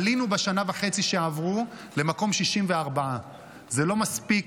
בשנה וחצי שעברו עלינו למקום 64. זה לא מספיק.